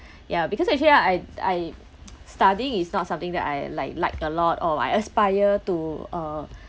ya because actually I I studying is not something that I like like a lot or I aspire to uh